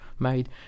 made